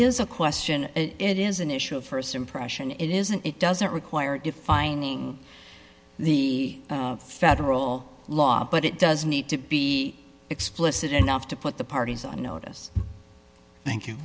is a question it is an issue of st impression it isn't it doesn't require defining the federal law but it does need to be explicit enough to put the parties on notice thank you